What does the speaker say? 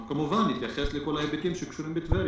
אנחנו כמובן נתייחס לכל ההיבטים שקשורים בטבריה.